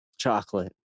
Chocolate